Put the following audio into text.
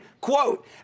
quote